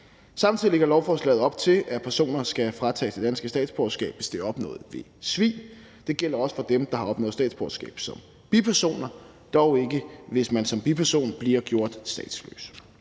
Samtidig lægger lovforslaget op til, at personer skal fratages deres danske statsborgerskab, hvis det er opnået ved svig, og det gælder også for dem, der har opnået statsborgerskab som bipersoner, dog ikke, hvis man som biperson bliver gjort statsløs.